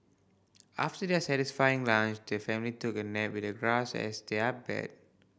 after their satisfying lunch the family took a nap with the grass as their bed